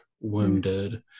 wounded